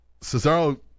Cesaro